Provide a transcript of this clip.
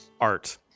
art